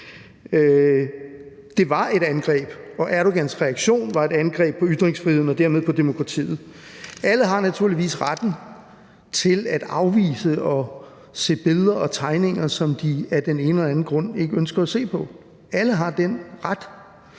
Både mordet og Erdogans reaktion var et angreb på ytringsfriheden og dermed på demokratiet. Alle har naturligvis retten til at afvise at se billeder og tegninger, som de af den ene eller anden grund ikke ønsker at se på – alle har den ret